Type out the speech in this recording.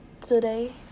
Today